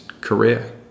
career